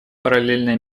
параллельное